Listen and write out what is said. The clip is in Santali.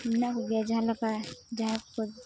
ᱢᱮᱱᱟᱜ ᱠᱚᱜᱮᱭᱟ ᱡᱟᱦᱟᱸ ᱞᱮᱠᱟ ᱡᱟᱦᱟᱸᱭ ᱠᱚᱠᱚ